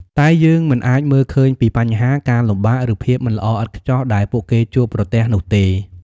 តែយើងមិនអាចមើលឃើញពីបញ្ហា ការលំបាក ឬភាពមិនល្អឥតខ្ចោះដែលពួកគេជួបប្រទះនោះទេ។